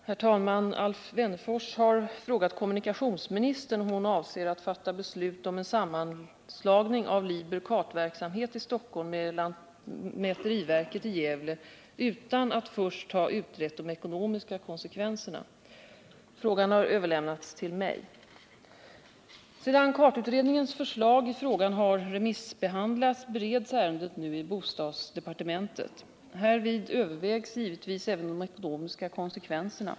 Herr talman! Alf Wennerfors har frågat kommunikationsministern om hon avser att fatta beslut om en sammanslagning av Libers kartverksamhet i Stockholm med lantmäteriverket i Gävle utan att först ha utrett de ekonomiska konsekvenserna. Frågan har överlämnats till mig. Sedan kartutredningens förslag i frågan har remissbehandlats bereds ärendet nu i bostadsdepartementet. Härvid övervägs givetvis även de ekonomiska konsekvenserna.